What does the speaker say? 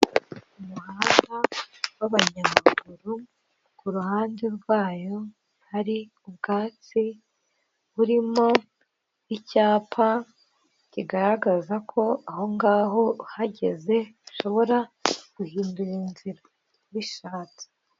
Umuhanda w'abanyamaguru ku ruhande rwayo hari ubwatsi burimo icyapa kigaragaza, ko aho ngaho uhageze ushobora guhindura inzira ubishatse.